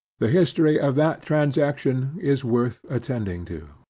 the history of that transaction is worth attending to.